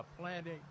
planting